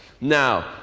Now